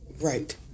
right